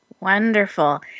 Wonderful